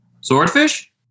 Swordfish